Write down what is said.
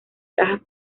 cajas